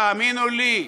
תאמינו לי,